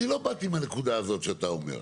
אני לא באתי מהנקודה הזאת שאתה אומר.